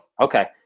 Okay